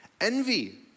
Envy